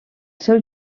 seu